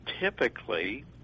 typically